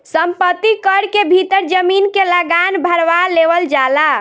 संपत्ति कर के भीतर जमीन के लागान भारवा लेवल जाला